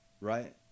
right